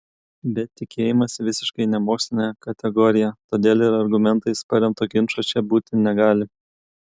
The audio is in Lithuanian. bet tikėjimas visiškai nemokslinė kategorija todėl ir argumentais paremto ginčo čia būti negali